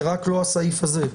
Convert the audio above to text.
זה רק לא הסעיף הזה.